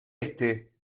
este